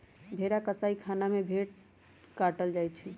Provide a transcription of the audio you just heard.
भेड़ा कसाइ खना में भेड़ काटल जाइ छइ